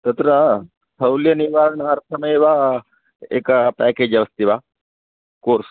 तत्र स्थौलनिवारणार्थमेव एक प्याकेज् अस्ति वा कोर्स्